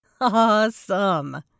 Awesome